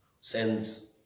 sends